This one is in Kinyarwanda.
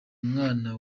umwana